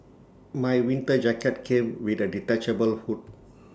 my winter jacket came with A detachable hood